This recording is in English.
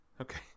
Okay